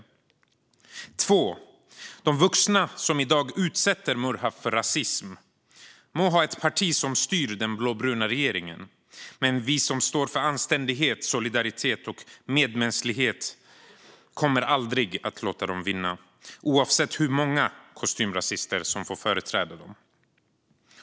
För det andra: De vuxna som i dag utsätter Murhaf för rasism må ha ett parti som styr den blåbruna regeringen, men vi som står för anständighet, solidaritet och medmänsklighet kommer aldrig att låta dem vinna, oavsett hur många kostymrasister som företräder dem.